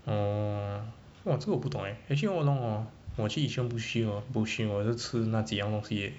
orh !wah! 这个我不同 eh actually all along hor 我去 ichiban boshi hor boshi 我也是吃那几样东西 eh